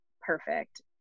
perfect